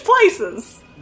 places